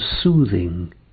soothing